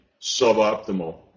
suboptimal